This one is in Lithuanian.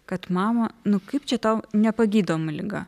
kad mama nu kaip čia tau nepagydoma liga